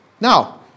Now